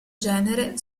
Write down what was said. genere